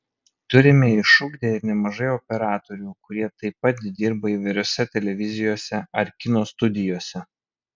turime išugdę ir nemažai operatorių kurie taip pat dirba įvairiose televizijose ar kino studijose